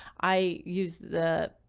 i use the,